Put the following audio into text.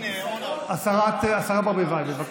השרה ברביבאי, בבקשה.